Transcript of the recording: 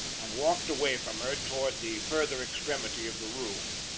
and walked away from her towards the further extremity of the room.